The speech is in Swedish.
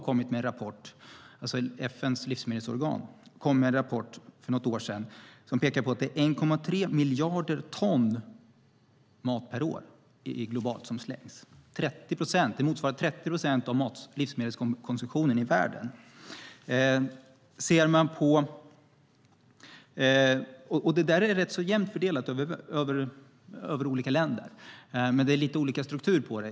FN:s livsmedelsorgan FAO kom med en rapport för något år sedan som pekar på att det är 1,3 miljarder ton mat per år som slängs globalt. Det motsvarar 30 procent av livsmedelskonsumtionen i världen. Detta är rätt jämnt fördelat över olika länder, men det är lite olika struktur på det.